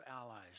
allies